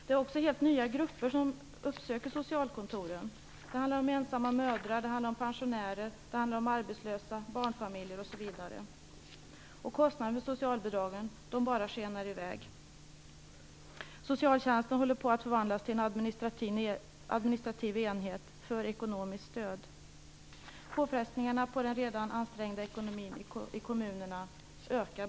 Det är nu helt nya grupper som uppsöker socialkontoren - ensamma mödrar, pensionärer, arbetslösa, barnfamiljer osv. Kostnaden för socialbidragen bara skenar i väg. Socialtjänsten håller på att förvandlas till en administrativ enhet för ekonomiskt stöd. På det här sättet ökar bara påfrestningarna på den redan ansträngda ekonomin i kommunerna.